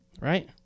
right